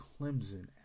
Clemson